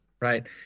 right